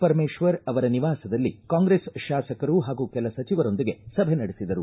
ಪರಮೇಶ್ವರ್ ಅವರ ನಿವಾಸದಲ್ಲಿ ಕಾಂಗ್ರೆಸ್ ಶಾಸಕರು ಹಾಗೂ ಕೆಲ ಸಚಿವರೊಂದಿಗೆ ಸಭೆ ನಡೆಸಿದರು